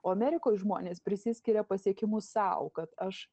o amerikoj žmonės prisiskiria pasiekimus sau kad aš